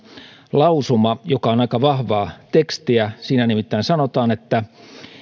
lausuma joka on aika vahvaa tekstiä siinä nimittäin sanotaan